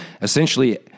essentially